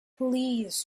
please